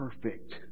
perfect